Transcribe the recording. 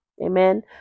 Amen